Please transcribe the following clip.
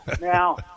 Now